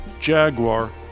Jaguar